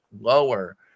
lower